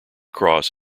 cross